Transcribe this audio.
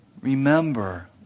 Remember